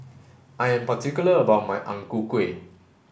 I am particular about my Ang Ku Kueh